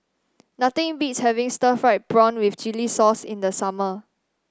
nothing beats having Stir Fried Prawn with Chili Sauce in the summer